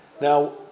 Now